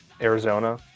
Arizona